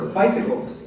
bicycles